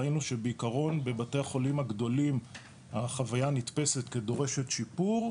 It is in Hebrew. ראינו שבעקרון בבתי החולים הגדולים החוויה נתפסת כדורשת שיפור,